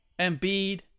Embiid